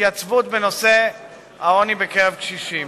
התייצבות בנושא העוני בקרב קשישים.